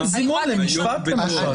זימון למשפט למשל.